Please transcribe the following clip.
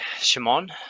shimon